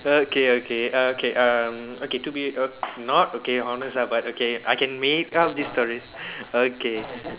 okay okay uh okay um okay to be not okay honest lah but okay I can make up this story okay